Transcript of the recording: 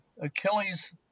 Achilles